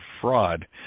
fraud